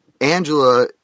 Angela